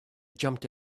jumped